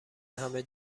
همه